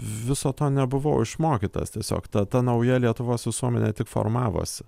viso to nebuvau išmokytas tiesiog ta ta nauja lietuvos visuomenė tik formavosi